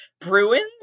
bruins